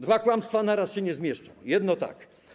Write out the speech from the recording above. Dwa kłamstwa naraz się nie zmieszczą, jedno - tak.